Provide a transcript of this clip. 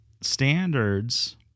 Standards